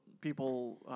people